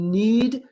need